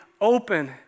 open